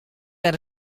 wer